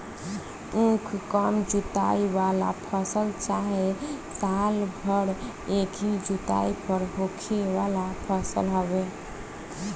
उख कम जुताई वाला फसल चाहे साल भर एकही जुताई पर होखे वाला फसल हवे